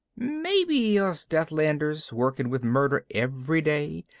maybe us deathlanders, working with murder every day,